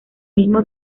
mismo